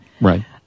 Right